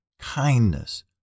Kindness